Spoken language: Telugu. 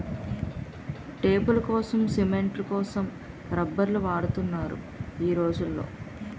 టేపులకోసం, సిమెంట్ల కోసం రబ్బర్లు వాడుతున్నారు ఈ రోజుల్లో